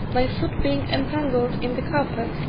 my foot being entangled in the carpet,